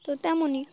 তো তেমনই